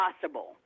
possible